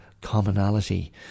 commonality